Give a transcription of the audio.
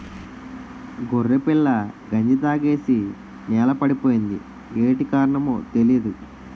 గొర్రెపిల్ల గంజి తాగేసి నేలపడిపోయింది యేటి కారణమో తెలీదు